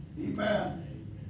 Amen